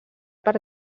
per